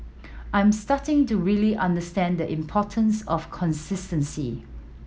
I'm starting to really understand the importance of consistency